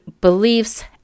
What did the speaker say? beliefs